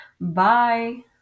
Bye